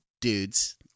dudes